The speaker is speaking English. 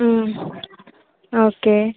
okay